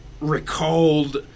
recalled